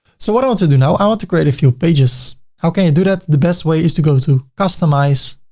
so what i want to do now. i want to create a few pages. how can you do that? the best way is to go to customize,